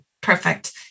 perfect